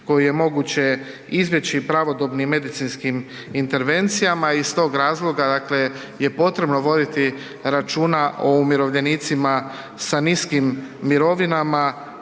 koju je moguće izbjeći pravodobnim medicinskim intervencijama. Iz tog razloga je potrebno voditi računa o umirovljenicima sa niskim mirovinama